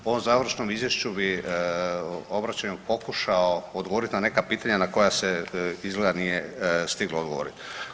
U ovom završnom izvješću bi obraćanju pokušao odgovoriti na neka pitanja na koja se izgleda nije stiglo odgovoriti.